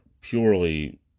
purely